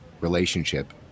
relationship